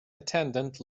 attendant